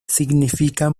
significa